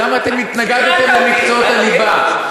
למה אתם התנגדתם למקצועות הליבה?